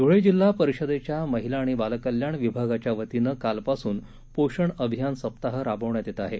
धुळे जिल्हा परिषदेच्या महिला आणि बालकल्याण विभागाच्या वतीनं कालपासून पोषण अभियान सप्ताह राबवण्यात येत आहे